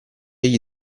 egli